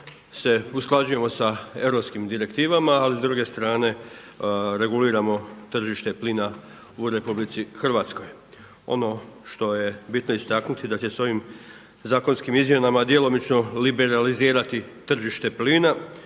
se usklađujemo sa europskim direktivama, ali sa druge strane reguliramo tržište plina u RH. Ono što je bitno istaknuti da će se ovim zakonskim izmjenama djelomično liberalizirati tržište plina